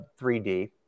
3d